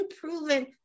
proven